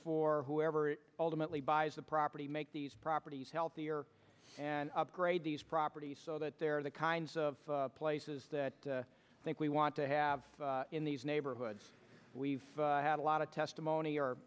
for whoever ultimately buys the property make these properties healthier and upgrade these properties so that they're the kinds of places that i think we want to have in these neighborhoods we've had a lot of testimony